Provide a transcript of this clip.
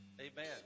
Amen